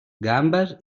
gambes